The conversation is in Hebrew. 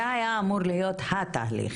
זה היה אמור להיות ה-תהליך.